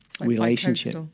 relationship